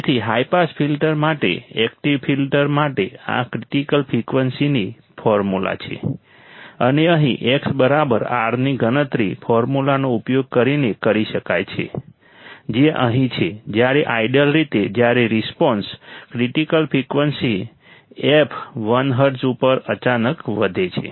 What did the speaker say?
તેથી high pass filter માટે active filter માટે આ ક્રિટિકલ ફ્રિકવન્સીની ફોર્મ્યુલા છે અને અહીં x બરાબર R ની ગણતરી ફોર્મ્યુલાનો ઉપયોગ કરીને કરી શકાય છે જે અહીં છે જ્યારે આઇડીઅલ રીતે જ્યારે response critical frequency f l hz ઉપર અચાનક વધે છે